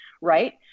right